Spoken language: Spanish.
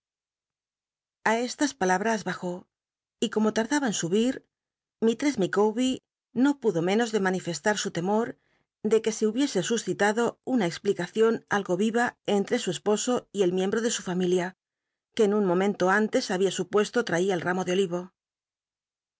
a estas palabras bajó y como lardaba en subir misltcss micawber no pudo menos de manifestar su temor de que se hubiese suscitado una explicacion algo viva entre su esposo y el miembro de su familia que un momento antes babia supucste tmia el ramo de olil